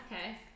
Okay